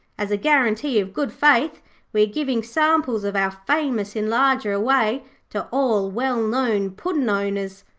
as a guarantee of good faith we are giving samples of our famous enlarger away to all well-known puddin'-owners.